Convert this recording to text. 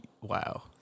wow